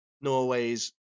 Norway's